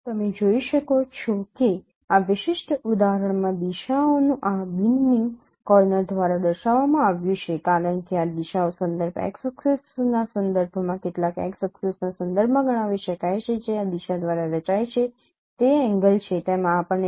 તમે જોઈ શકો છો કે આ વિશિષ્ટ ઉદાહરણમાં દિશાઓનું આ બીનનિંગ કોર્નર દ્વારા દર્શાવવામાં આવ્યું છે કારણ કે આ દિશાઓ સંદર્ભ x ઍક્સિસના સંદર્ભમાં કેટલાક x ઍક્સિસના સંદર્ભમાં ગણાવી શકાય છે જે આ દિશા દ્વારા રચાય છે તે એંગલ છે તેમાં આપણને રસ છે